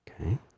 Okay